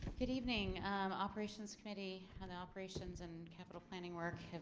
good evening operations committee and operations and capital planning work